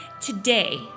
today